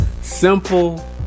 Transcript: simple